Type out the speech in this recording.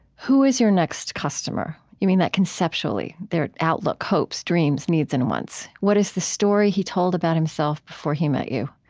who is your next customer? you mean that conceptually. their outlook, hopes, dreams, needs and wants. what is the story he told about himself before he met you?